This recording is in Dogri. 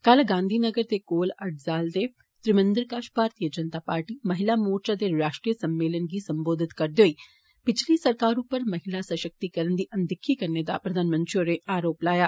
कल गांधीनगर दे कोल अडालज दे त्रिमंदर कछ भारती जनता पार्टी महिला मोर्चा दे राश्ट्रीय सम्मेलन गी सम्बोधित करदे होई पिच्छली सरकार उप्पर महिला सषक्तिकरण दी अनदिक्खी करने दा आरोप लाया